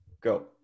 go